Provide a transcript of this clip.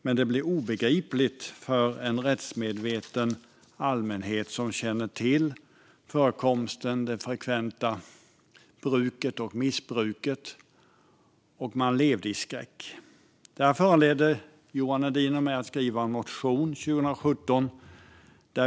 Men det blir obegripligt för en rättsmedveten allmänhet som känner till det frekventa bruket och missbruket. Man levde i skräck. Det här föranledde Johan Hedin och mig att 2017 skriva en motion.